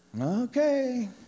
okay